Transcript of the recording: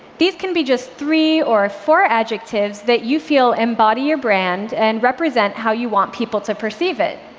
these can be just three or four adjectives that you feel embody your brand and represent how you want people to perceive it.